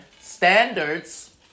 standards